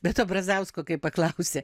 be to brazausko kai paklaususi